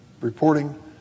reporting